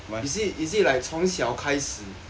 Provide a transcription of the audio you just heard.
is it is it like 从小开始